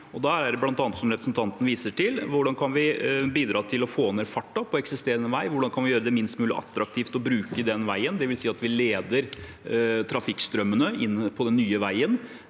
handler det bl.a. om, som representanten viser til, hvordan vi kan bidra til å få ned farten på eksisterende vei, og hvordan vi kan gjøre det minst mulig attraktivt å bruke den veien, altså at vi leder trafikkstrømmene inn på den nye veien.